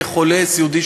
חולה סיעודי,